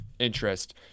interest